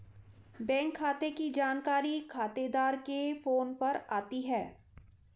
bank खाते की जानकारी खातेदार के फोन पर आती है